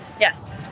Yes